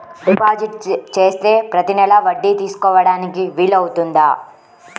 Deposit చేస్తే ప్రతి నెల వడ్డీ తీసుకోవడానికి వీలు అవుతుందా?